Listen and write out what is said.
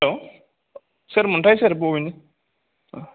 hello सोरमोन्थाय सोर बबेनि